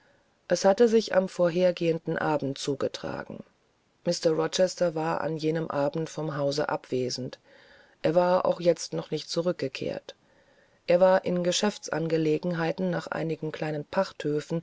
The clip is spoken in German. es hatte sich am vorhergehenden abend zugetragen mr rochester war an jenem abende vom hause abwesend er war auch jetzt noch nicht zurückgekehrt er war in geschäftsangelegenheiten nach einigen kleinen